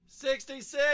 66